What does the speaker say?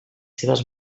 seves